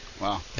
Wow